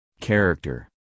Character